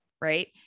Right